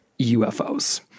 UFOs